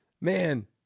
Man